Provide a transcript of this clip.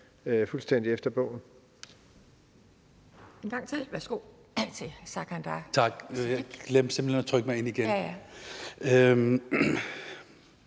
fuldstændig efter bogen.